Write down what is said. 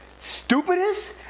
stupidest